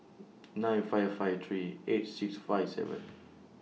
nine five five three eight six five seven